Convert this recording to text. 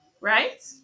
right